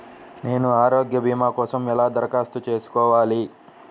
నేను ఆరోగ్య భీమా కోసం ఎలా దరఖాస్తు చేసుకోవాలి?